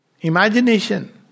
imagination